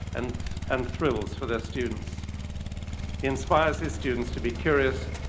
and and thrills for their students. he inspires his students to be curious,